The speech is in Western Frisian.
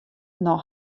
nei